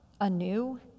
anew